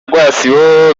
rwasibo